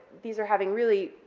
these are having really,